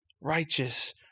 righteous